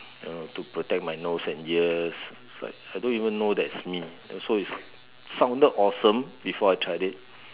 you know to protect my nose and ears it's like I don't even know that's me and so it sounded awesome before I tried it